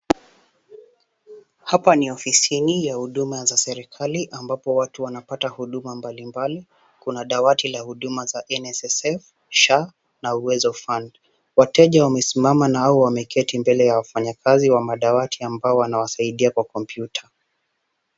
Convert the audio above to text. Hapa ni ofisini ya huduma za serikali ambapo watu wanapata huduma mbalimbali. Kuna dawati la huduma za NSSF, SHA na uwezo fund. Wateja wamesimama na hao wameketi mbele ya wafanyakazi wa madawati ambao wanawasaidia kwa kompyuta.